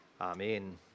Amen